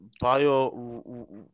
bio